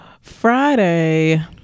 Friday